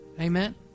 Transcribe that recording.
Amen